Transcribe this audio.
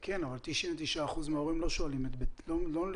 כן, אבל 99 אחוזים מההורים לא שואלים את בטרם.